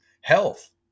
health